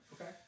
okay